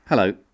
Hello